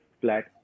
flat